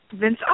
Vince